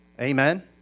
Amen